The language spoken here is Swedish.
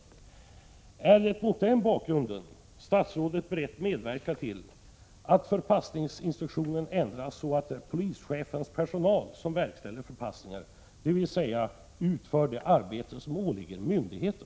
Är statsrådet mot den bakgrunden beredd att medverka till att förpassningsinstruktionen ändras så att det är polischefens personal som verkställer förpassningar — dvs. utför det arbete som åligger myndigheten?